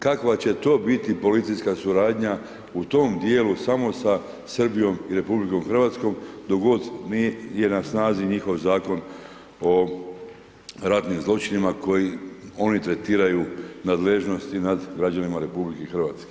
Kakva će to biti policijska suradnja u tome dijelu, samo sa Srbijom i RH dok god je na snazi njihov Zakon o ratnim zločinima koji oni tretiraju nadležnosti nad građanima RH.